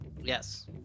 Yes